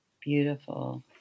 Beautiful